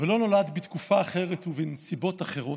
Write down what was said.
ולא נולד בתקופה אחרת ובנסיבות אחרות,